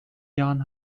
jahren